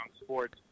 sports